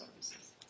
services